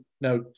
Now